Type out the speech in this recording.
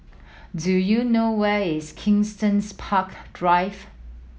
do you know where is Kensington's Park Drive